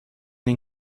این